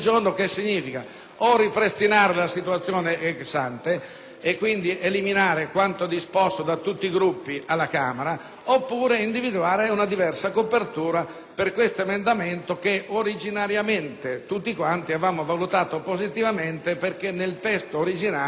il ripristino della situazione *ex ante*, quindi l'eliminazione di quanto disposto da tutti i Gruppi alla Camera, oppure l'individuazione di una diversa copertura per questo emendamento che originariamente tutti avevamo valutato positivamente, dato che nel testo originario la